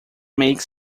makes